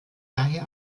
daher